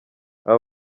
aba